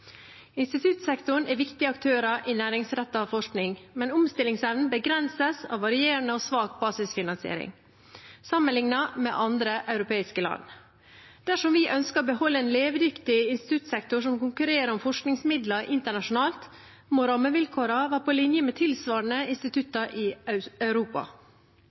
Instituttsektoren er en viktig aktør i næringsrettet forskning, men omstillingsevnen begrenses av varierende og svak basisfinansiering sammenlignet med andre europeiske land. Dersom vi ønsker å beholde en levedyktig instituttsektor som konkurrerer om forskningsmidler internasjonalt, må rammevilkårene være på linje med tilsvarende institutter i Europa.